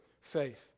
faith